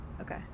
okay